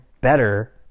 better